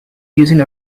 using